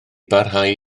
barhau